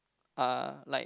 uh like